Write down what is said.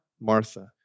Martha